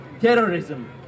terrorism